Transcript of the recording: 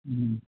ହୁଁ